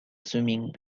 swimming